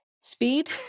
speed